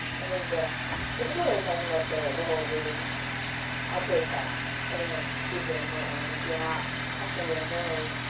i think the particularly talking about the the whole release upgrade path, i think that's super important. and if you're not testing it internally,